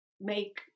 make